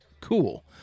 cool